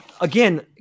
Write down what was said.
again